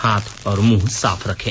हाथ और मुंह साफ रखें